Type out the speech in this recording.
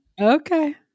Okay